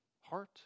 heart